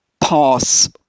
pass